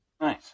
Nice